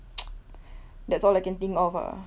that's all I can think of ah